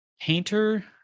Painter